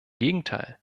gegenteil